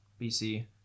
BC